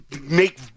make